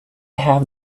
have